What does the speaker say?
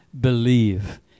believe